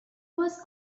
was